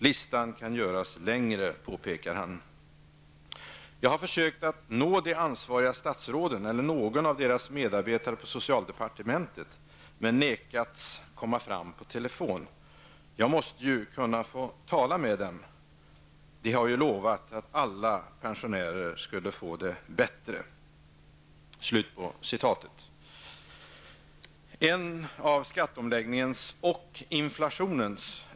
Listan kan göras längre, påpekade han och fortsatte: Jag har försökt att nå de ansvariga statsråden, eller någon av deras medarbetare på socialdepartementet, men nekats komma fram på telefon. Jag måste ju kunna få tala med dem. De har ju lovat att alla pensionärer skulle få det bättre, avslsutade pensionären.